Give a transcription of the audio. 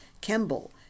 Kemble